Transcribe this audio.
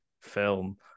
film